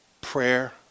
Prayer